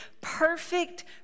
perfect